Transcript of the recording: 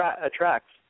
attracts